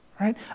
right